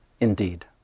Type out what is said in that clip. indeed